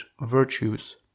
virtues